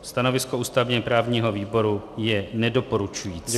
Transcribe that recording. Stanovisko ústavněprávního výboru je nedoporučující.